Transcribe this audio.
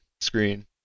screen